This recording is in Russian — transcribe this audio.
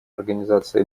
организации